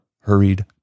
hurried